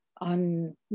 on